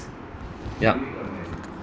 ya